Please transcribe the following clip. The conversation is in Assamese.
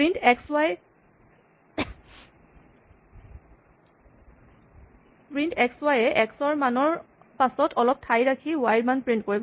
প্ৰিন্ট এক্স ৱাই এ এক্স ৰ মানৰ পাছত অলপ ঠাই ৰাখি ৱাই ৰ মান প্ৰিন্ট কৰিব